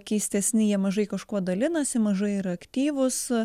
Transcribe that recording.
keistesni jie mažai kažkuo dalinasi mažai yra aktyvūs